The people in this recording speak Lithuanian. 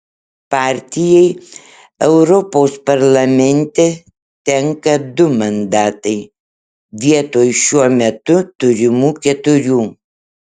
partijai europos parlamente tenka du mandatai vietoj šiuo metu turimų keturių